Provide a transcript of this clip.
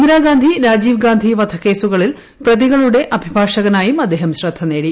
ഇന്ദിര ഗാന്ധി രാജീവ് ഗാന്ധി വധക്കേസുകളിൽ പ്രതികളുടെ അഭിഭാഷകനായും അദ്ദേഹം ശ്രദ്ധ നേടി